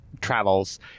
travels